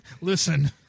Listen